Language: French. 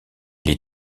les